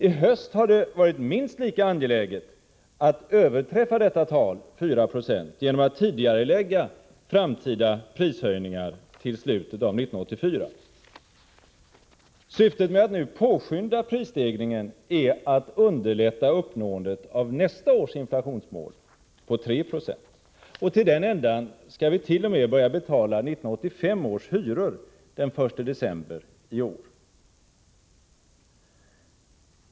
I höst har det varit minst lika angeläget att överträffa detta tal — 4 90 — genom att tidigarelägga framtida prishöjningar till slutet av 1984. Syftet med att nu påskynda prisstegringen är att underlätta uppnåendet av nästa års inflationsmål på 3 70. Till den ändan skall vi t.o.m. börja betala 1985 års hyror den 1 december i år.